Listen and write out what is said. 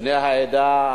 בני העדה,